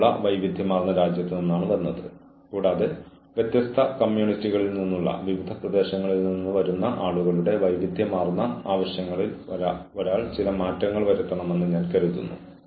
പക്ഷേ ജീവനക്കാരന്റെ പ്രവർത്തനങ്ങൾ യഥാർത്ഥമായും സത്യമായും ഓർഗനൈസേഷന്റെ പ്രവർത്തനങ്ങളെ ബാധിക്കുന്നുണ്ടെങ്കിൽ തീർച്ചയായും നിങ്ങൾക്ക് ന്യായമായ കാരണമുണ്ട്